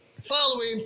following